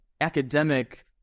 academic